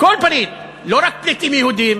כל פליט, לא רק פליטים יהודים.